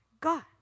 God